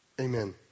amen